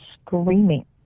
screaming